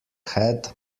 head